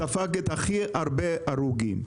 ספג הכי הרבה הרוגים.